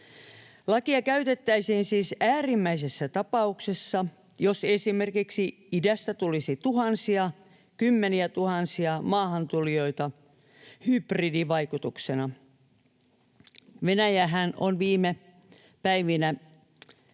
Lakia käytettäisiin siis äärimmäisessä tapauksessa, jos esimerkiksi idästä tulisi tuhansia, kymmeniätuhansia maahantulijoita hybridivaikutuksena. Venäjähän on viime päivinä